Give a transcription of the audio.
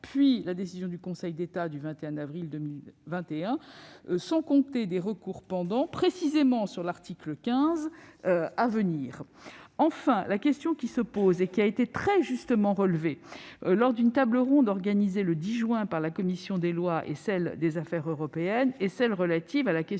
et la décision du Conseil d'État du 21 avril 2021, sans compter des recours pendants portant précisément sur l'article 15 à venir. Enfin, la question qui se pose et qui a été très justement relevée lors d'une table ronde organisée le 10 juin dernier par les commissions des lois et des affaires européennes du Sénat, est